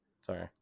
Sorry